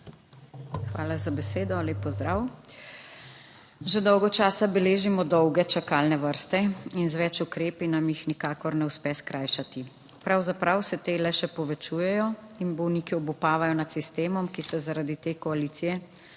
Hvala za besedo. Lep pozdrav! Že dolgo časa beležimo dolge čakalne vrste in z več ukrepi nam jih nikakor ne uspe skrajšati. Pravzaprav se te le še povečujejo in bolniki obupavajo nad sistemom, ki se zaradi te koalicije,